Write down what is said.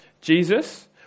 Jesus